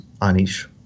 Anish